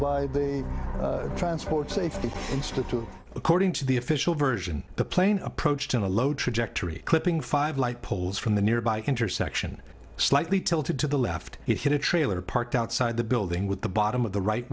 by the transport safety institute according to the official version the plane approached in a low trajectory clipping five light poles from the nearby intersection slightly tilted to the left it hit a trailer parked outside the building with the bottom of the right